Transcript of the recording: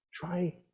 Try